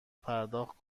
پرداخت